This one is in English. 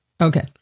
Okay